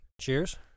Cheers